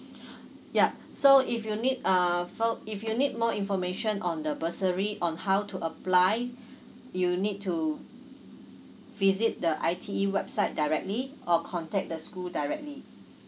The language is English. yup so if you need uh fil~ if you need more information on the bursary on how to apply you need to visit the I_T_E website directly or contact the school directly